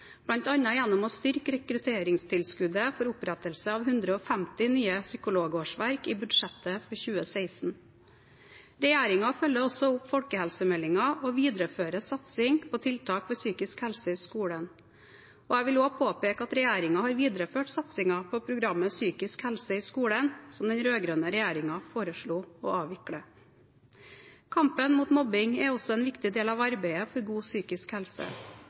gjennom å styrke rekrutteringstilskuddet for opprettelse av 150 nye psykologårsverk i budsjettet for 2016. Regjeringen følger også opp folkehelsemeldingen og viderefører satsing på tiltak for psykisk helse i skolen. Jeg vil også påpeke at regjeringen har videreført satsingen på programmet Psykisk helse i skolen, som den rød-grønne regjeringen foreslo å avvikle. Kampen mot mobbing er også en viktig del av arbeidet for god psykisk helse.